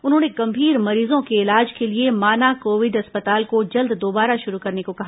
उन्होंने गंभीर मरीजों के इलाज के लिए माना कोविड अस्पताल को जल्द दोबारा शुरू करने को कहा